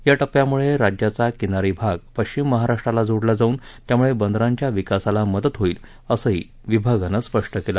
या टप्प्यामुळे राज्याचा किनारी भाग पश्चिम महाराष्ट्राला जोडला जाऊन त्यामुळे बंदरांच्या विकासाला मदत होईल असंही विभागानं स्पष्ट केल